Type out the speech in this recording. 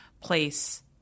place